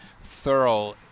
thorough